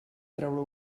treure